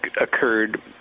occurred